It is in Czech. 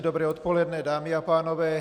Dobré odpoledne, dámy a pánové.